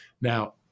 Now